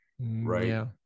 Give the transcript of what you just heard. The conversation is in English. Right